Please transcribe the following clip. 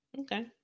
Okay